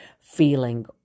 feeling